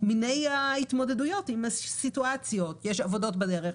סוגי ההתמודדות עם הסיטואציות יש עבודות בדרך,